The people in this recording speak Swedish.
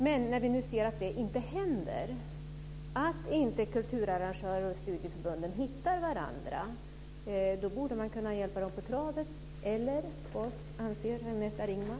Men när vi nu ser att kulturarrangörerna och studieförbunden inte hittar varandra borde man kunna hjälpa dem på traven, eller vad anser Agneta Ringman?